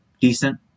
decent